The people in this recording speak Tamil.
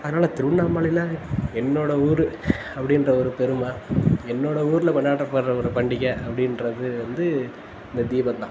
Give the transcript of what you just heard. அதனால் திருவண்ணாமலையில் என்னோடய ஊர் அப்படிங்ற ஒரு பெருமை என்னோடய ஊரில் கொண்டாடப்படுற ஒரு பண்டிகை அப்படின்றது வந்து இந்த தீபம்தான்